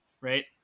right